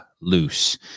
loose